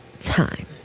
time